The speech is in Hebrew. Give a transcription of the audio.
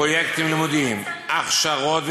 פרויקטים לימודיים, הכשרות והשתלמויות,